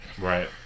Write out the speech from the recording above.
Right